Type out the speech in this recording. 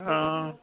অঁ